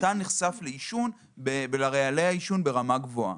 אתה נחשף לעישון ולרעלי העישון ברמה גבוהה.